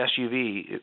SUV